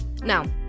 Now